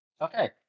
Okay